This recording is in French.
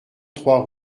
trois